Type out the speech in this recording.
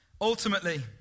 ultimately